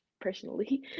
personally